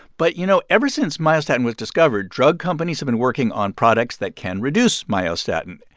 but you know, ever since myostatin was discovered, drug companies have been working on products that can reduce myostatin.